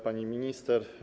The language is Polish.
Pani Minister!